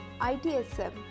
ITSM